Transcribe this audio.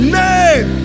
name